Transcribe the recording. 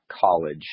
college